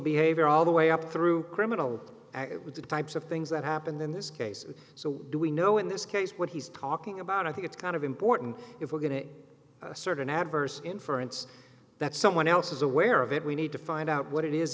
behavior all the way up through criminal act it was the types of things that happened in this case so do we know in this case what he's talking about i think it's kind of important if we're going to start an adverse inference that someone else is aware of it we need to find out what it is